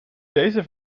deze